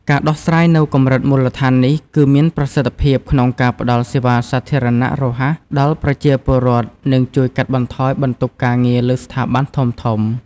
ការដោះស្រាយនៅកម្រិតមូលដ្ឋាននេះ គឺមានប្រសិទ្ធភាពក្នុងការផ្តល់សេវាសាធារណៈរហ័សដល់ប្រជាពលរដ្ឋ និងជួយកាត់បន្ថយបន្ទុកការងារលើស្ថាប័នធំៗ។